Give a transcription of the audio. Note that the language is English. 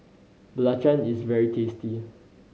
belacan is very tasty